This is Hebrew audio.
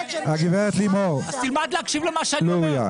הגב' לימור לוריא,